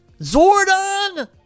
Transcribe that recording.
Zordon